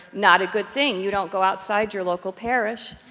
not a good thing, you don't go outside your local parish.